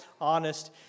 honest